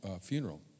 funeral